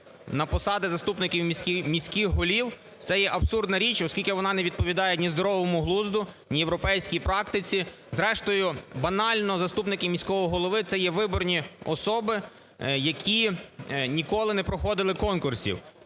на посади заступників міських голів – це є абсурдна річ, оскільки вона не відповідає ні здоровому глузду, ні європейській практиці. Зрештою банально заступники міського голови – це є виборні особи, які ніколи не проходили конкурсів.